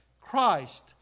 Christ